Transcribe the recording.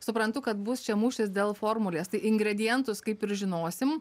suprantu kad bus čia mūšis dėl formulės ingredientus kaip ir žinosim